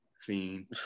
fiend